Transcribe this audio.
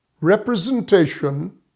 representation